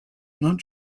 not